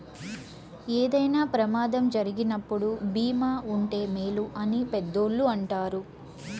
ఏదైనా ప్రమాదం జరిగినప్పుడు భీమా ఉంటే మేలు అని పెద్దోళ్ళు అంటారు